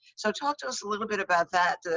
so, talk to us a little bit about that,